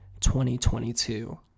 2022